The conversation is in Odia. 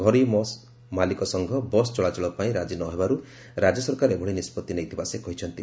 ଘରୋଇ ବସ୍ ମାଲିକ ସଂଘ ବସ୍ ଚଳାଚଳ ପାଇଁ ରାଜି ନ ହେବାରୁ ରାକ୍ୟ ସରକାର ଏଭଳି ନିଷ୍ବଉି ନେଇଥିବା ସେ କହିଛନ୍ତି